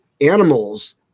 animals